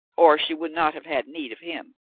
or she would not have had need of him.